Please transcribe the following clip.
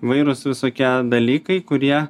vairūs visokie dalykai kurie